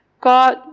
God